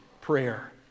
prayer